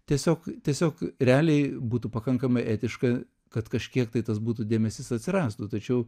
tiesiog tiesiog realiai būtų pakankamai etiška kad kažkiek tai tas būtų dėmesys atsirastų tačiau